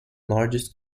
largest